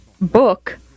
book